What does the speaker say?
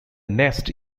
nest